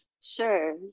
Sure